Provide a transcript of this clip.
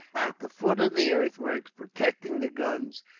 at the foot of the earthworks protecting the guns,